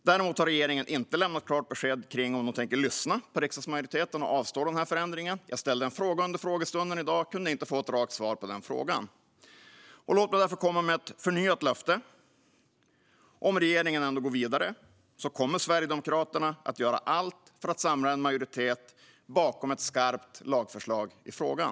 Däremot har regeringen inte lämnat klart besked om huruvida man tänker lyssna på riksdagsmajoriteten och avstå från förändringen. Jag ställde en fråga under dagens frågestund, men jag kunde inte få ett rakt svar på frågan. Låt mig därför komma med ett förnyat löfte. Om regeringen ändå går vidare kommer Sverigedemokraterna att göra allt för att samla en majoritet bakom ett skarpt lagförslag i frågan.